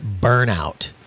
burnout